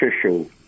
official